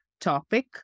topic